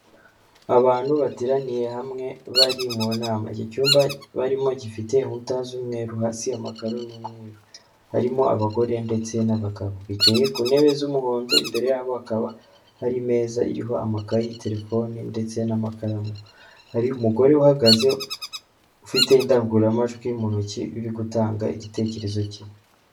Abantu bateraniye hamwe bari mu nama, iki cyumba barimo gifite inkuta z'umweru hasi amakaro ni umweru, harimo abagore ndetse n'abagabo , bicaye ku ntebe z'umuhondo imbere yabo hakaba hari imeza iriho amakaye, telefone ndetse n'amakaramu, hari umugore uhagaze ufite indangururamajwi mu ntoki uri gutanga igitekerezo ke.